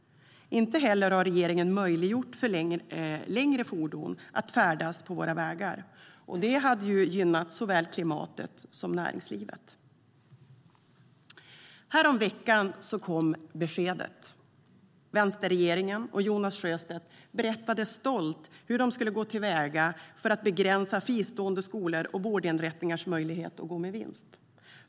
Inte heller har regeringen möjliggjort för längre fordon på våra vägar. Det skulle ha gynnat såväl klimatet som näringslivet. Häromveckan kom beskedet: Vänsterregeringen och Jonas Sjöstedt berättade stolt hur de skulle gå till väga för att begränsa fristående skolors och vårdinrättningars möjlighet att gå med vinst.